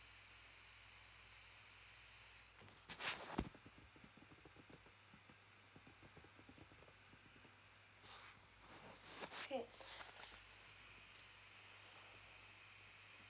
okay